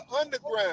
underground